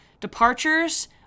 Departures